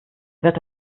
wird